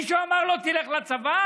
מישהו אמר לו "תלך לצבא"?